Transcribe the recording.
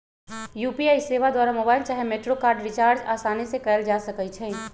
UPI सेवा द्वारा mobile चाहे मेट्रो कार्ड रिचार्ज असानी से कएल जा सकइ छइ